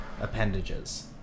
appendages